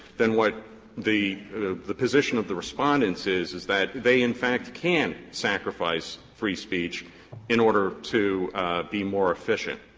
then what the the position of the respondents is, is that they, in fact, can sacrifice free speech in order to be more efficient,